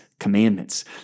commandments